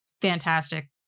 fantastic